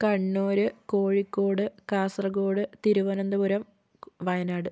കണ്ണൂര് കോഴിക്കോട് കാസർഗോഡ് തിരുവനന്തപുരം ക് വയനാട്